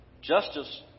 Justice